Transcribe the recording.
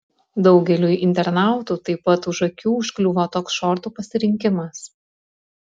daugeliui internautų taip pat už akių užkliuvo toks šortų pasirinkimas